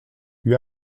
lui